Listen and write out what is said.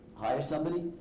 hire somebody.